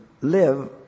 live